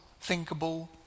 Thinkable